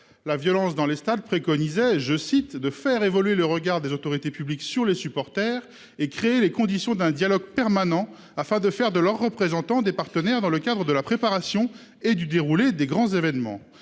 La violence dans les stades préconisait je cite de faire évoluer le regard des autorités publiques sur les supporters et créer les conditions d'un dialogue permanent, afin de faire de leurs représentants des partenaires dans le cadre de la préparation et du déroulé des grands événements.